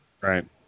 Right